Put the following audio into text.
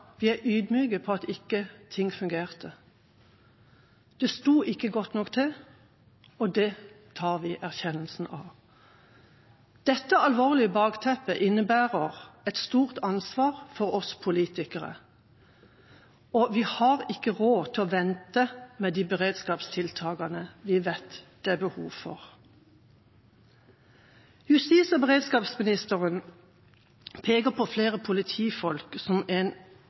det gjelder det at ting ikke fungerte. Det sto ikke godt nok til, og det tar vi erkjennelsen av. Dette alvorlige bakteppet innebærer et stort ansvar for oss politikere, og vi har ikke råd til å vente med de beredskapstiltakene vi vet det er behov for. Justis- og beredskapsministeren peker på flere politifolk som et resultat av en